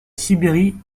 sibérie